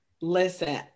Listen